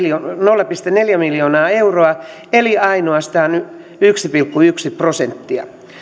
nolla pilkku neljä miljoonaa euroa eli ainoastaan yksi pilkku yksi prosenttia